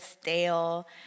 stale